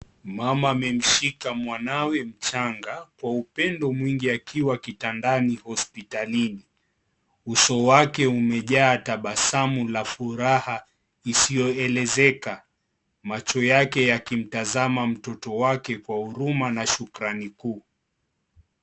Mama amemshika mwanawe mchanga kwa upendo mwingi akiwa kitandani hospitalini. Uso wake umejawa tabasamu ya furaha isiyoelezeka. Macho yake yakimtazama mtoto wake kwa huruma na shukrani kuu.